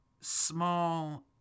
small